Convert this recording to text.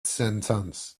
sentence